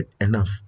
enough